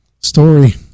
story